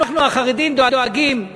אנחנו, החרדים, דואגים לנשים,